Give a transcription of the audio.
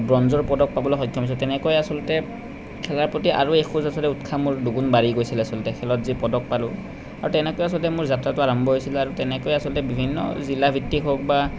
ব্ৰঞ্জৰ পদক পাবলৈ সক্ষম হৈছোঁ তেনেকৈ আচলতে খেলাৰ প্ৰতি আৰু এখোজ আচলতে উৎসাহ মোৰ দুগুণ বাঢ়ি গৈছিল আচলতে খেলত যে পদক পালোঁ আৰু তেনেকৈ আচলতে মোৰ যাত্ৰাটো আৰম্ভ হৈছিলে আৰু তেনেকৈ আচলতে বিভিন্ন জিলাভিত্তিক হওক বা